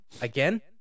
again